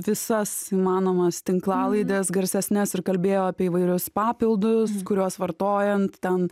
visas įmanomas tinklalaides garsesnes ir kalbėjo apie įvairius papildus kuriuos vartojant ten